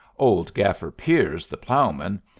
old gaffer piers, the ploughman,